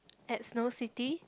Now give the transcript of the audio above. at Snow City